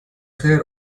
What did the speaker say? خیر